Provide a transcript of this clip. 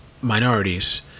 minorities